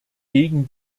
gegen